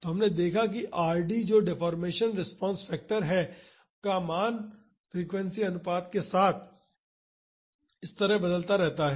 तो हमने देखा है कि Rd जो डेफोर्मेशन रिस्पांस फैक्टर है का मान फ्रीक्वेंसी अनुपात के साथ इस तरह बदलता रहता है